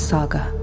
Saga